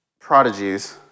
prodigies